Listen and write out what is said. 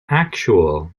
actual